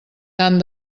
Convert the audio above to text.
tant